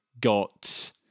got